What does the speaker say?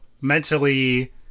mentally